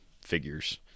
figures